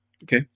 okay